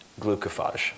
glucophage